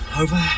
Over